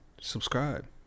Subscribe